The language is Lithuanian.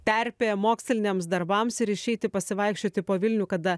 terpė moksliniams darbams ir išeiti pasivaikščioti po vilnių kada